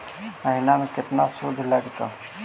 महिना में केतना शुद्ध लगतै?